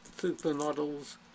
supermodels